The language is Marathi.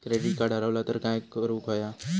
क्रेडिट कार्ड हरवला तर काय करुक होया?